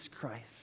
Christ